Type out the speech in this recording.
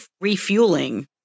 refueling